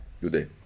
today